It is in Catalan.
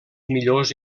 millors